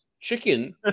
Chicken